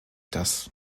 das